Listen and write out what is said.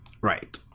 Right